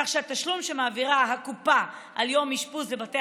כך שהתשלום שמעבירה הקופה על יום אשפוז לבתי